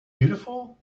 beautiful